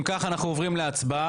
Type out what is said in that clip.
אם כך, אנחנו עוברים להצבעה.